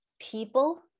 people